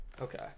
Okay